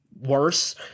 worse